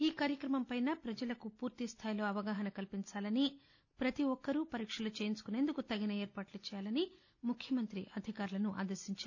ఈ కార్యక్రమంపై ప్రజలకు ఫూర్తిస్థాయిలో అవగాహన కల్పించాలని పతిఒక్కరు ఈ పరీక్షల చేయించుకునేందుకు తగిన ఏర్పాట్లు చేయాలని ముఖ్యమంతి అధికారులను ఆదేశించారు